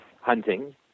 hunting